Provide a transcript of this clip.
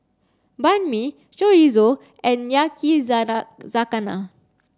Banh Mi Chorizo and Yakizakana